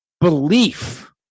belief